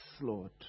Lord